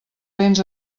béns